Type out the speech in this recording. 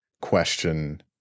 question